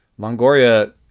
Longoria